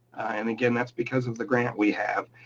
and again, that's because of the grant we have,